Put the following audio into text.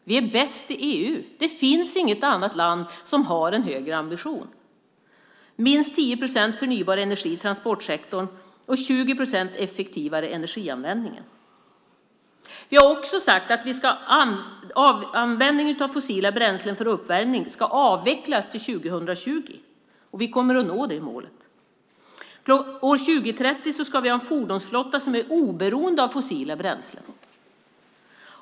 Vi är bäst i EU. Det finns inget annat land som har en högre ambition. Det handlar om minst 10 procent förnybar energi i transportsektorn och 20 procent effektivare energianvändning. Vi har också sagt att användningen av fossila bränslen för uppvärmning ska avvecklas till 2020, och vi kommer att nå det målet. År 2030 ska vi ha en fordonsflotta som är oberoende av fossila bränslen.